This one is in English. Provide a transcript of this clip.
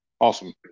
awesome